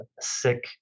sick